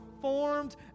formed